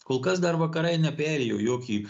kol kas dar vakarai neperėjo į jokį